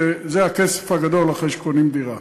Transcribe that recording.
שזה הכסף הגדול אחרי שרוכשים דירה.